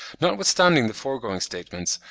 notwithstanding the foregoing statements,